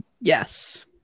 Yes